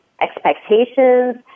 expectations